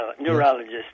Neurologist